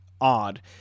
odd